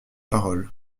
parole